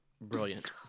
Brilliant